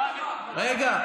רגע.